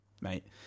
Mate